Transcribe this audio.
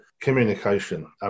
communication